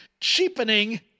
cheapening